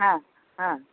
हां हां